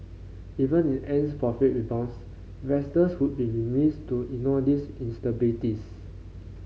even if Ant's profit rebounds investors would be remiss to ignore these instabilities